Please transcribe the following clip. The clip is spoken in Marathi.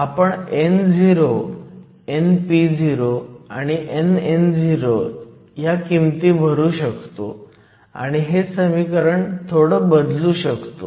आपण no npo आणि nno च्या किमती भरू शकतो आणि हे समीकरण थोडं बदलू शकतो